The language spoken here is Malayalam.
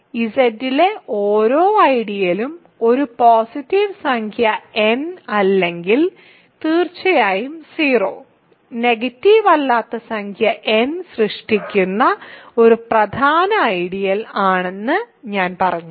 എന്നാൽ Z ലെ ഓരോ ഐഡിയലും ഒരു പോസിറ്റീവ് സംഖ്യ n അല്ലെങ്കിൽ തീർച്ചയായും 0 നെഗറ്റീവ് അല്ലാത്ത സംഖ്യ n സൃഷ്ടിക്കുന്ന ഒരു പ്രധാന ഐഡിയൽ ആണെന്ന് ഞാൻ പറഞ്ഞു